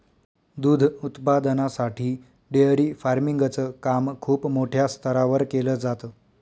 दूध उत्पादनासाठी dairy farming च काम खूप मोठ्या स्तरावर केल जात